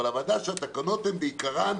אבל הוועדה שהתקנות הן בעיקרן